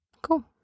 Cool